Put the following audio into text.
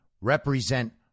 represent